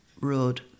road